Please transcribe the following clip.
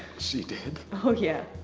she did? oh yeah.